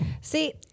see